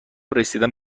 رسیدم